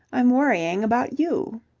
i'm worrying about you.